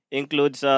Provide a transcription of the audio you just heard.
includes